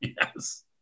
Yes